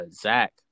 Zach